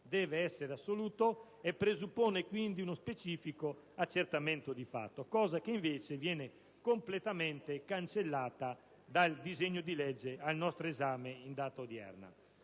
deve essere assoluto, e presuppone quindi uno specifico accertamento di fatto, cosa che invece viene completamente cancellata dal disegno di legge al nostro esame. La disciplina